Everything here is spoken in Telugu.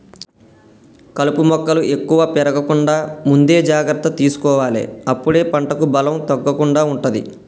కలుపు మొక్కలు ఎక్కువ పెరగకుండా ముందే జాగ్రత్త తీసుకోవాలె అప్పుడే పంటకు బలం తగ్గకుండా ఉంటది